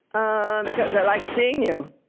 and because i like seeing you